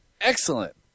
Excellent